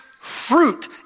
fruit